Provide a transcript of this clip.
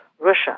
Russia